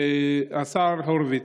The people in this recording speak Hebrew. השר הורוביץ,